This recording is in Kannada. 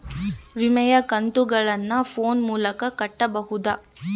ವಿಮೆಯ ಕಂತುಗಳನ್ನ ಫೋನ್ ಮೂಲಕ ಕಟ್ಟಬಹುದಾ?